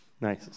Nice